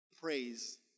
praise